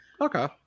Okay